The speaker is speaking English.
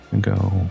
go